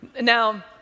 Now